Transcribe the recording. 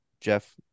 Jeff